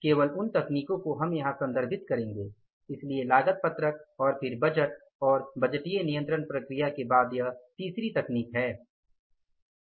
केवल उन तकनीकों को हम यहां संदर्भित करेंगे इसलिए लागत पत्रक और फिर बजट और बजटीय नियंत्रण प्रक्रिया के बाद यह तीसरी तकनीक है